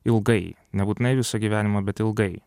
ilgai nebūtinai visą gyvenimą bet ilgai